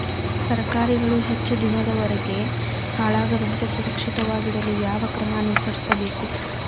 ತರಕಾರಿಗಳು ಹೆಚ್ಚು ದಿನದವರೆಗೆ ಹಾಳಾಗದಂತೆ ಸುರಕ್ಷಿತವಾಗಿಡಲು ಯಾವ ಕ್ರಮ ಅನುಸರಿಸಬೇಕು?